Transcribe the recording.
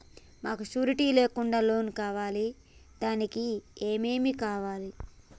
మాకు షూరిటీ లేకుండా లోన్ కావాలి దానికి ఏమేమి కావాలి?